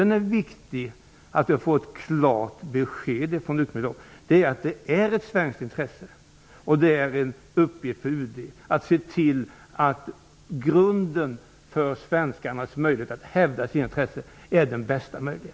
Det är viktigt att få ett klart besked från utrikesministern i den frågan. Det är en uppgift för UD att se till att grunden för svenskarnas möjligheter att hävda sina intressen är den bästa möjliga.